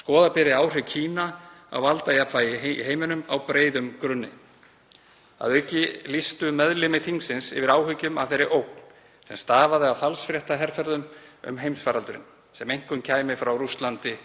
Skoða beri áhrif Kína á valdajafnvægi í heiminum á breiðum grunni. Að auki lýstu meðlimir þingsins yfir áhyggjum af þeirri ógn sem stafaði af falsfréttaherferðum um heimsfaraldurinn, sem einkum kæmu frá Rússlandi